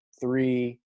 three